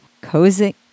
cozy